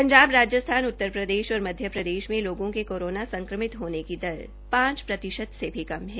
पंजाब राजस्थान उत्तरप्रदेश और मध्यप्रदेश प्रदेश में लोगों के कोरोना संक्रमित होने की दर पांच प्रतिशत से भी कम है